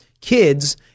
kids